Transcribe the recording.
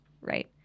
right